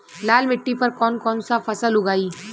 लाल मिट्टी पर कौन कौनसा फसल उगाई?